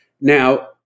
Now